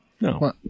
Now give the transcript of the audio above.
No